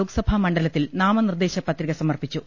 ലോക്സഭാ മണ്ഡലത്തിൽ നാമനിർദേശ പത്രിക സമർപ്പിച്ചു